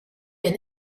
been